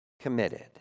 committed